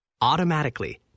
Automatically